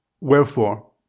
Wherefore